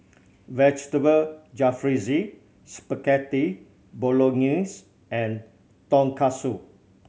Vegetable Jalfrezi Spaghetti Bolognese and Tonkatsu